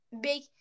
Big